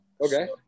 Okay